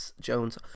Jones